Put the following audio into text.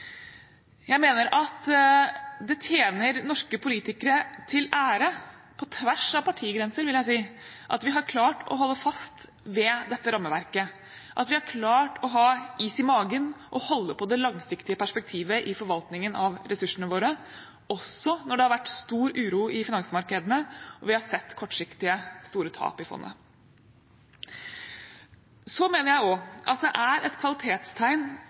Jeg mener at det tjener norske politikere til ære – på tvers av partigrenser, vil jeg si – at vi har klart å holde fast ved dette rammeverket, at vi har klart å ha is i magen og holde på det langsiktige perspektivet i forvaltningen av ressursene våre også når det har vært stor uro i finansmarkedene og vi har sett kortsiktige store tap i fondet. Så mener jeg også at det er et kvalitetstegn